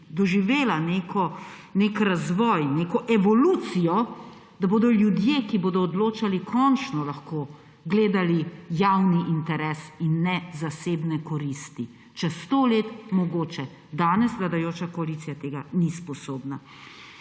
doživela nek razvoj, neko evolucijo, da bodo ljudje, ki bodo odločali, končno lahko gledali javni interes in ne zasebne koristi. Čez 100 let mogoče, danes vladajoča koalicija tega ni sposobna.